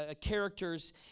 characters